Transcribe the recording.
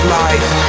life